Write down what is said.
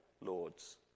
lords